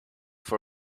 for